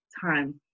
time